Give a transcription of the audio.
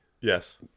Yes